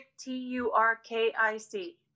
T-U-R-K-I-C